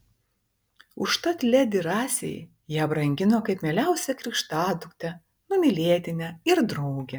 užtat ledi rasei ją brangino kaip mieliausią krikštaduktę numylėtinę ir draugę